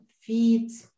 feet